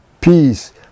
peace